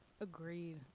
agreed